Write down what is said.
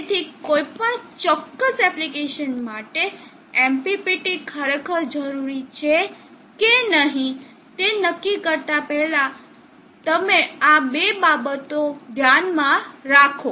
તેથી કોઇપણ ચોક્કસ એપ્લિકેશન માટે MPPT ખરેખર જરૂરી છે કે નહીં તે નક્કી કરતાં પહેલાં તમે આ બે બાબતો ધ્યાનમાં રાખો